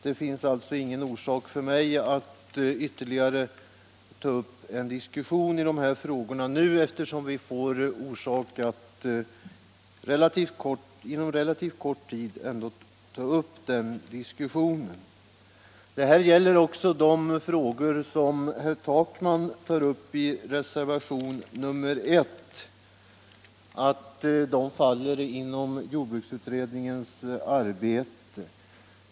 Det finns alltså ingen orsak för mig att nu ta upp en ytterligare diskussion i dessa frågor, eftersom vi får orsak att inom relativt kort tid ta upp den här diskussionen igen. De frågor som herr Takman tar upp i reservationen nr 1 faller också inom jordbruksutredningens arbetsområde.